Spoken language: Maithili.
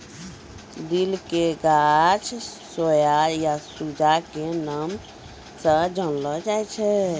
दिल के गाछ सोया या सूजा के नाम स जानलो जाय छै